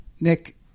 Nick